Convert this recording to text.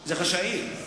זה חשאי.